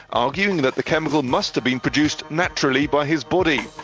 arguing that the chemical must have been produced naturally by his body.